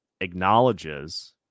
acknowledges